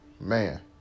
man